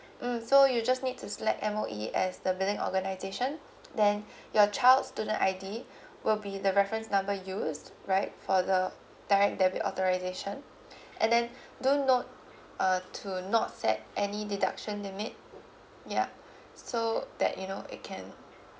mm so you just need to select M_O_E as the billing organisation then your child's student I_D will be the reference number used right for the direct debit authorisation and then do note uh to not set any deduction limit yeah so that you know it can